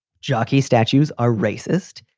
jocky statues are racist.